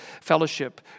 fellowship